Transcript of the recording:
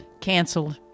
Canceled